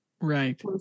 Right